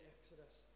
Exodus